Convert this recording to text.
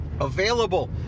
Available